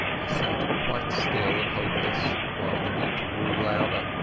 i sat quite still and hopeless while the beat grew louder.